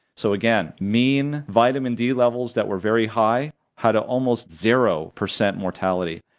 so again mean vitamin d levels that were very high had almost zero percent mortality,